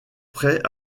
prêt